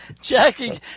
Jackie